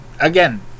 again